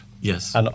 Yes